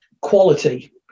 quality